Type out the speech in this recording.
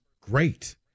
great